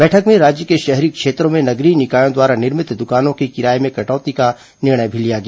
बैठक में राज्य के शहरी क्षेत्रों में नगरीय निकायों द्वारा निर्मित दुकानों के किराए में कटौती का निर्णय भी लिया गया